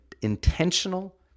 intentional